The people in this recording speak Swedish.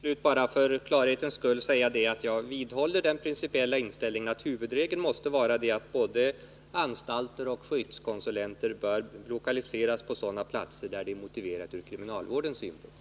Herr talman! Jag vill till sist bara för klarhetens skull säga att jag vidhåller den principiella inställningen att huvudregeln måste vara att både anstalter och skyddskonsulenter skall lokaliseras på sådana platser där det är motiverat från kriminalvårdens synpunkt.